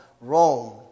Rome